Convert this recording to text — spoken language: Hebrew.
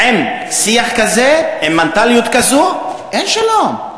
עם שיח כזה, עם מנטליות כזאת, אין שלום.